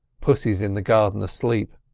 pussy's in the garden asleep,